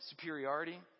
superiority